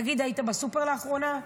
תגיד, היית בסופר לאחרונה?